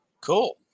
Cool